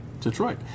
Detroit